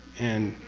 and